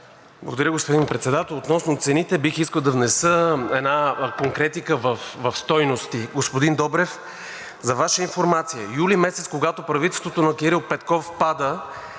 Благодаря, господин Председател. Относно цените бих искал да внеса една конкретика в стойности. Господин Добрев, за Ваша информация юли месец, когато правителството на Кирил Петков пада,